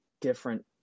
different